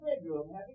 bedroom